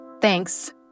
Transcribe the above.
Thanks